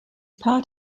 part